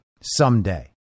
someday